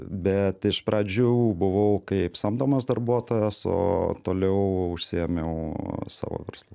bet iš pradžių buvau kaip samdomas darbuotojas o toliau užsiėmiau savo verslu